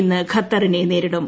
ഇന്ന് ഖത്തറിനെ നേരിടും